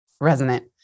resonant